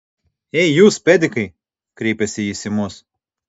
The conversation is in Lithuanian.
ei jūs pedikai kreipėsi jis į mus